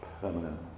permanent